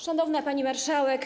Szanowna Pani Marszałek!